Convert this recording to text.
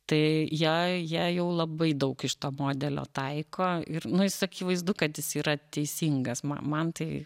tai jie jie jau labai daug iš to modelio taiko ir nu jis akivaizdu kad jis yra teisingas ma man tai